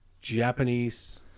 Japanese